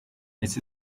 ese